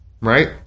right